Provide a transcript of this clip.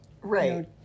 right